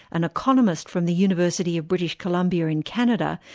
an economist from the university of british colombia in canada,